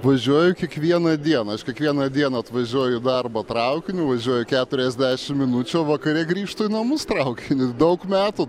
važiuoju kiekvieną dieną aš kiekvieną dieną atvažiuoju į darbą traukiniu važiuoju keturiasdešim minučių o vakare grįžtu į namus traukiniu daug metų